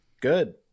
Good